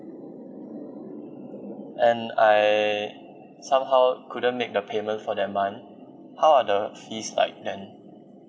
and I somehow couldn't make the payment for that month how are the fees like then